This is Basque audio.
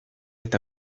eta